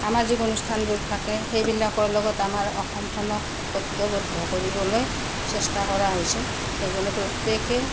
সামাজিক অনুষ্ঠানবোৰ থাকে সেইবিলাকৰ লগত আমাৰ অসমখনক ঐক্যবদ্ধ কৰিবলৈ চেষ্টা কৰা হৈছে প্ৰত্যেকেই